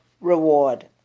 reward